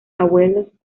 abuelos